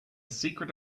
secret